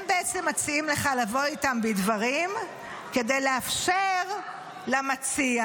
הם מציעים לך לבוא איתם בדברים כדי לאפשר למציע